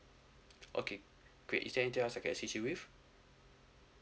okay great is there anything else I can assist you with